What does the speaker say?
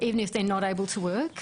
אפילו אם הם לא מסוגלים לעבוד.